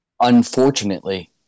Unfortunately